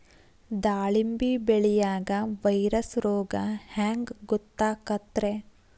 ದಾಳಿಂಬಿ ಬೆಳಿಯಾಗ ವೈರಸ್ ರೋಗ ಹ್ಯಾಂಗ ಗೊತ್ತಾಕ್ಕತ್ರೇ?